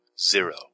zero